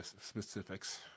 specifics